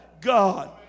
God